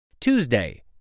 Tuesday